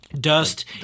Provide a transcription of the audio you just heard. Dust